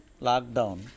lockdown